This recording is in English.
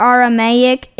Aramaic